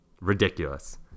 Ridiculous